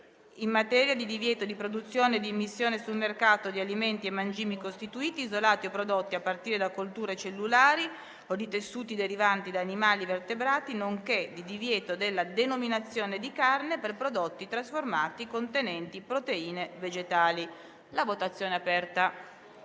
in materia di divieto di produzione e di immissione sul mercato di alimenti e mangimi costituiti, isolati o prodotti a partire da colture cellulari o di tessuti derivanti da animali vertebrati nonché di divieto della denominazione di carne per prodotti trasformati contenenti proteine vegetali». *(Segue la